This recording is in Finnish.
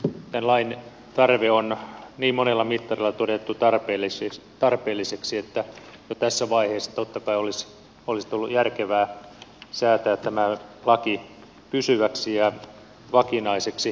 tämä laki on niin monella mittarilla todettu tarpeelliseksi että jo tässä vaiheessa totta kai olisi ollut järkevää säätää tämä laki pysyväksi ja vakinaiseksi